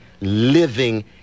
living